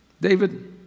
David